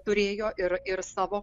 turėjo ir ir savo